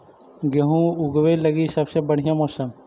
गेहूँ ऊगवे लगी सबसे बढ़िया मौसम?